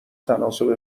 تناسب